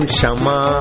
Shama